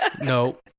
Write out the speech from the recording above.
No